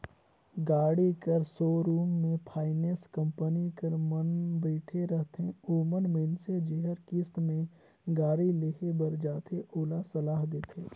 गाड़ी कर सोरुम में फाइनेंस कंपनी कर मन बइठे रहथें ओमन मइनसे जेहर किस्त में गाड़ी लेहे बर जाथे ओला सलाह देथे